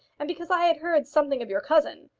and because i had heard something of your cousin.